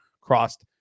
crossed